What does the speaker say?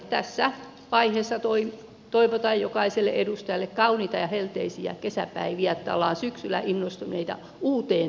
tässä vaiheessa toivotan jokaiselle edustajalle kauniita ja helteisiä kesäpäiviä että ollaan syksyllä innostuneita uuteen työhön